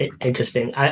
Interesting